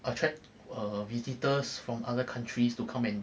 attract err visitors from other countries to come and